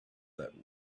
that